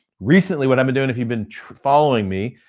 recently what i've been doing if you've been following me,